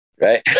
Right